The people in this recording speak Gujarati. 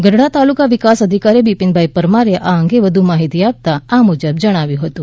ગઢડાના તાલુકા વિકાસ અધિકારી બિપીનભાઈ પરમારે આ અંગે વધુ માહિતી આપતા આ મુજબ જણાવ્યુ હતું